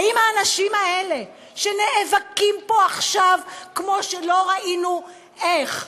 האם האנשים האלה שנאבקים פה עכשיו כמו שלא ראינו איך,